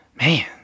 Man